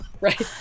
right